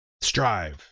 Strive